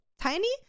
tiny